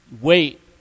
wait